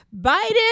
Biden